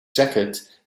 jacket